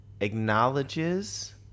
acknowledges